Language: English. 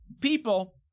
people